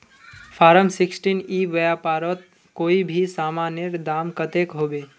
Form sixteen ई व्यापारोत कोई भी सामानेर दाम कतेक होबे?